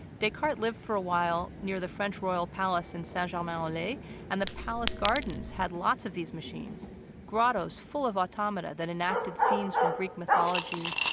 descartes lived for awhile near the french royal palace in saint-germain-en-laye and the palace gardens had lots of these machines grottoes full of automata that enacted scenes from greek mythology,